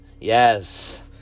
Yes